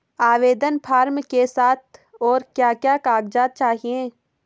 आवेदन फार्म के साथ और क्या क्या कागज़ात चाहिए?